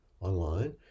online